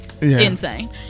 Insane